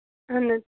اَہَن حظ